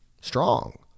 strong